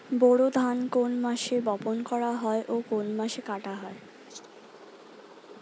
বোরো ধান কোন মাসে বপন করা হয় ও কোন মাসে কাটা হয়?